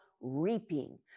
reaping